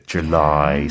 July